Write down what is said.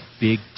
big